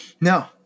No